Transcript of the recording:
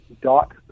dot